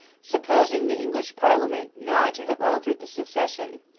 supposing the english parliament not to have altered the succession,